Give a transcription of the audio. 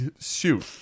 shoot